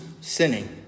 sinning